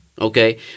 Okay